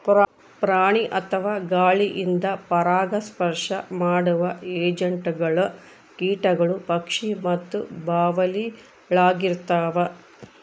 ಪ್ರಾಣಿ ಅಥವಾ ಗಾಳಿಯಿಂದ ಪರಾಗಸ್ಪರ್ಶ ಮಾಡುವ ಏಜೆಂಟ್ಗಳು ಕೀಟಗಳು ಪಕ್ಷಿ ಮತ್ತು ಬಾವಲಿಳಾಗಿರ್ತವ